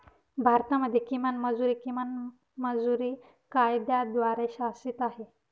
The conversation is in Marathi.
भारतामध्ये किमान मजुरी, किमान मजुरी कायद्याद्वारे शासित आहे